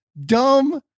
dumb